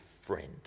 friend